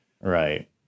Right